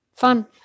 fun